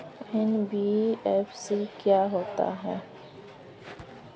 NBFC क्या होता है?